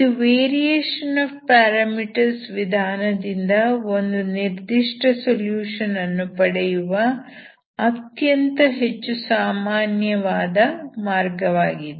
ಇದು variation of parameters ವಿಧಾನದಿಂದ ಒಂದು ನಿರ್ದಿಷ್ಟ ಸೊಲ್ಯೂಷನ್ ಅನ್ನು ಪಡೆಯುವ ಅತ್ಯಂತ ಹೆಚ್ಚು ಸಾಮಾನ್ಯವಾದ ಮಾರ್ಗವಾಗಿದೆ